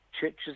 churches